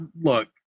look